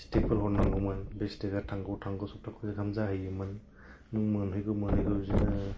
सिथिकफोर हरनांगौमोन बे सिथिका थांगौ थांगौ सप्ताह करि जाहैयोमोन नों मोनहैगौ मोनहैगौ बिदिनो